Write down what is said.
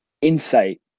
insight